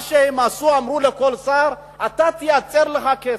מה שהם עשו זה שהם אמרו לכל שר: אתה תייצר לך כסף.